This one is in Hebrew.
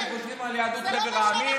אתם חושבים על יהדות חבר המדינות?